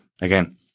again